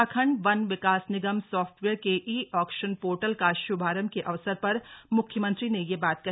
उत्तराखण्ड वन विकास निगम सॉफ्टवेयर के ई ऑक्शन पोर्टल का श्भारम्भ के अवसर पर मुख्यमंत्री ने यह बात की